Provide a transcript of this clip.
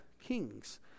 kings